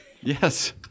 Yes